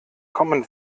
common